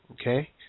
Okay